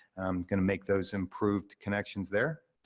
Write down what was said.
gonna make those improved connections there.